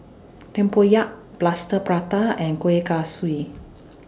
Tempoyak Plaster Prata and Kuih Kaswi